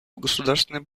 государственные